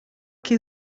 que